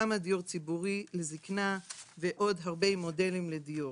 כמה דיור ציבורי לזקנה ועוד הרבה מודלים לדיור.